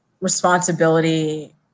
responsibility